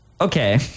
Okay